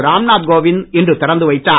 ராம்நாத் கோவிந்த் இன்று திறந்து வைத்தார்